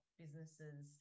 businesses